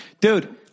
dude